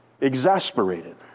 exasperated